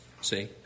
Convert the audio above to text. See